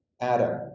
Adam